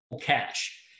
cash